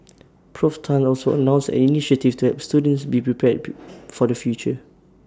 Prof Tan also announced an initiative to help students be prepared for the future